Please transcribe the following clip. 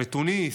בתוניס,